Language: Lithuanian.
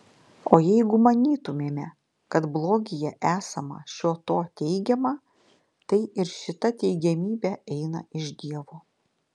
o jeigu manytumėme kad blogyje esama šio to teigiama tai ir šita teigiamybė eina iš dievo